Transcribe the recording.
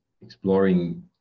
exploring